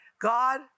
God